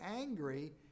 angry